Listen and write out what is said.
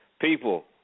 People